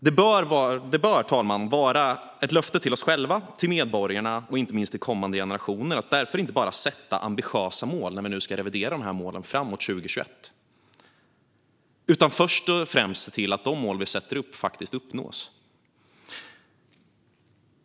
Det bör därför, fru talman, vara ett löfte till oss själva, till medborgarna och inte minst till kommande generationer att inte bara sätta ambitiösa mål när vi ska revidera målen framåt 2021, utan först och främst se till att de mål vi sätter upp faktiskt uppnås.